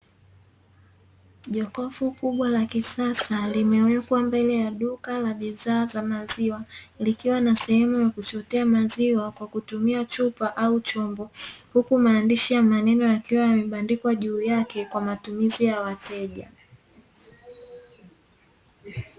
Jokofu kubwa la kisasa, limewekwa mbele ya duka la bidhaa za maziwa. Likiwa lina sehemu ya kuchotea maziwa kwa kutumia chupa au chombo. Huku maandishi ya maneno yakiwa yamebandikwa juu yake kwa matumizi ya wateja.